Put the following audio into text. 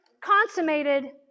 consummated